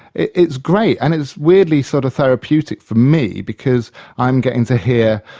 it's great. and it's weirdly sort of therapeutic for me, because i'm getting to hear,